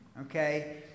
Okay